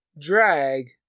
drag